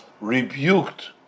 rebuked